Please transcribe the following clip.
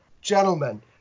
gentlemen